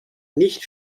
nicht